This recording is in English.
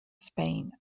spain